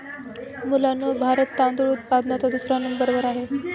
मुलांनो भारत तांदूळ उत्पादनात दुसऱ्या नंबर वर आहे